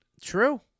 True